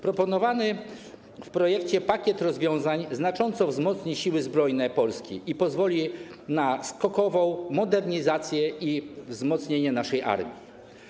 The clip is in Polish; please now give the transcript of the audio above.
Proponowany w projekcie pakiet rozwiązań znacząco wzmocni Siły Zbrojne Polski i pozwoli na skokową modernizację i wzmocnienie naszej armii.